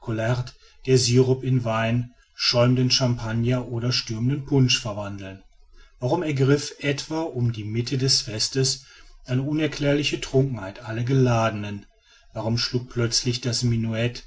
der syrup in wein schäumenden champagner oder stürmenden punsch verwandeln warum ergriff etwa um die mitte des festes eine unerklärliche trunkenheit alle geladenen warum schlug plötzlich das